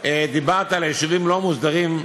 דיברת על יישובים לא מוסדרים.